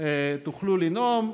תוכלו לנאום.